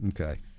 Okay